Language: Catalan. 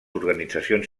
organitzacions